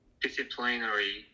disciplinary